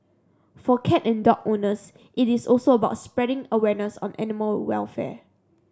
for cat and dog owners it is also about spreading awareness on animal welfare